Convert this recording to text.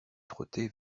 trotter